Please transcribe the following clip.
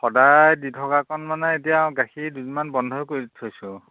সদায় দি থকাকণ মানে এতিয়া গাখীৰ দুদিনমান বন্ধই কৰি থৈছোঁ